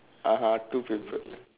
(uh huh) two paper